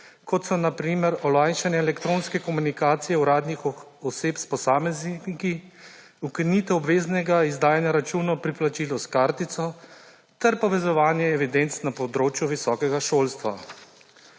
kot so na primer olajšanje elektronske komunikacije uradnih oseb s posamezniki, ukinitev obveznega izdajanja računov pri plačilu s kartico ter povezovanje evidenc na področju visokega šolstva.